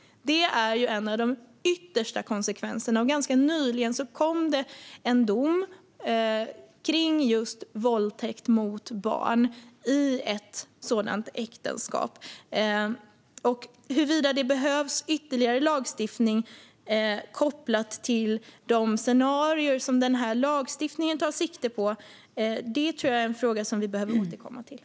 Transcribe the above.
Det är en av de yttersta konsekvenserna. Ganska nyligen kom en dom som gällde just våldtäkt mot barn i ett sådant äktenskap. Huruvida det behövs ytterligare lagstiftning kopplat till de scenarier som denna lagstiftning tar sikte på tror jag är en fråga som vi behöver återkomma till.